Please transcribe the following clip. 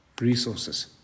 resources